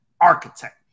Architect